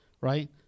right